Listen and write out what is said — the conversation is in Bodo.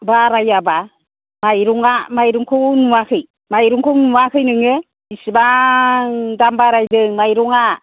बारायाब्ला माइरङा माइरंखौ नुवाखै माइरंखौ नुवाखौ नोङो बिसिबां दाम बारायदों माइरङा